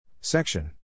Section